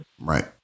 Right